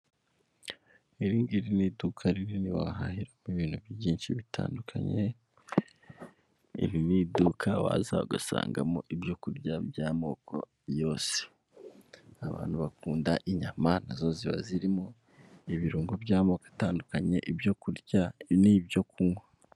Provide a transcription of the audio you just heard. Iringiri ni iduka rinini wahahira ibintu byinshi bitandukanye, iri ni iduka waza ugasangamo ibyo kurya by'amoko yose. Abantu bakunda inyama nazo ziba zirimo, ibirungo by'amoko atandukanye, ibyo kurya n'ibyo kunywa.